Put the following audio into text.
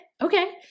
okay